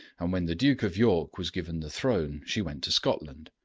and when the duke of york was given the throne she went to scotland,